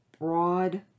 broad